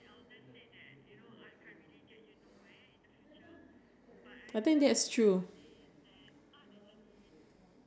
it's fine but it's just like boring and then I don't think it does come useful like right now I don't think it is